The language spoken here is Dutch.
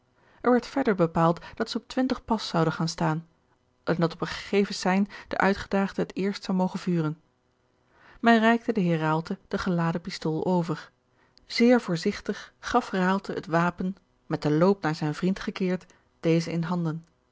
er werd verder bepaald dat zij op twintig pas zouden gaan staan en dat op een gegeven sein de uitgedaagde het eerst zou mogen vuren george een ongeluksvogel men reikte den heer raalte de geladen pistool over zeer voorzigtig gaf raalte het wapen met den loop naar zijn vriend gekeerd dezen in handen